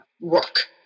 work